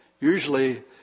Usually